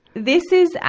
this is,